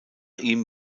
ihm